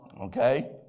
Okay